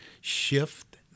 shift